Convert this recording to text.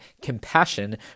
compassion